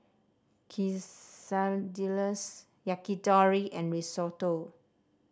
Quesadillas Yakitori and Risotto